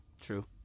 True